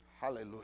Hallelujah